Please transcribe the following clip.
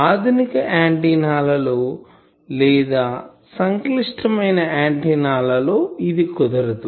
ఆధునిక ఆంటిన్నా లలో లేదా సంక్లిష్టమైన ఆంటిన్నాలలో ఇది కుదరదు